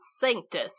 Sanctus